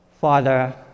Father